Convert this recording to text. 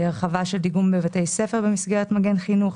הרחבה של דיגום בבתי ספר במסגרת מגן חינוך,